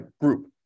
group